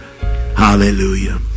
Hallelujah